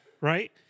right